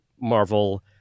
Marvel